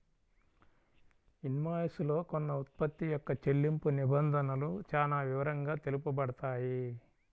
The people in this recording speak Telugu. ఇన్వాయిస్ లో కొన్న ఉత్పత్తి యొక్క చెల్లింపు నిబంధనలు చానా వివరంగా తెలుపబడతాయి